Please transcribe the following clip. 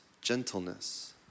gentleness